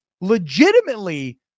legitimately